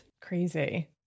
Crazy